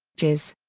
ges.